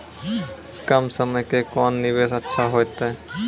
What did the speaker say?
कम समय के कोंन निवेश अच्छा होइतै?